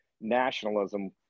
nationalism